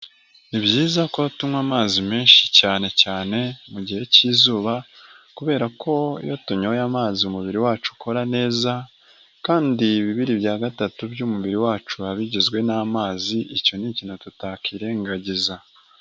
Ni byiza ko tunywa amazi menshi cyane cyane mu gihe cy'izuba kubera ko iyo tunyoye amazi umubiri wacu ukora neza kandi bibiri bya gatatu by'umubiri wacu biba bigizwe n'amazi, icyo ni ikintu tutakwirengagiza.